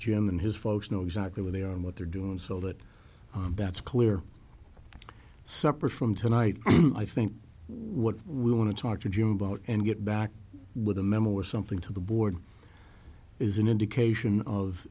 jim and his folks know exactly where they are and what they're doing so that that's clear separate from tonight i think what we want to talk to jim about and get back with a memo or something to the board is an indication of